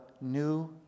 new